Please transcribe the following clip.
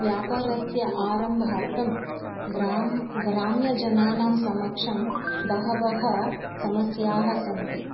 व्यापारस्य आरम्भार्तं ग्राम्यजनानां समक्षं बहवः समस्याः सन्ति